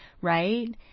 right